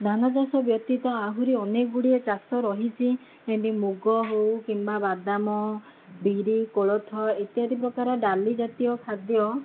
ଧାନ ଚାଷ ବ୍ୟତୀତ ଆହୁରି ଅନେକଗୁଡ଼ିଏ ଚାଷ ରହିଛି ଯେମିତି ମୁଗ ହେଉ କିମ୍ବା ବାଦାମ ବିରି କୋଳଥ ଇତ୍ୟାଦି ପ୍ରକାର ଡାଲିଜାତୀୟ ଖାଦ୍ୟ